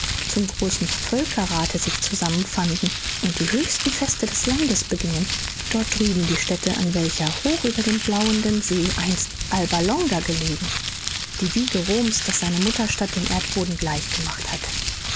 zum großen völkerrathe sich zusammenfanden und die höchsten feste des landes begingen dort drüben die stätte an welcher hoch über dem blauenden see einst albalonga gelegen die wiege roms das seine mutterstadt dem erdboden gleich gemacht hatte